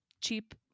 cheap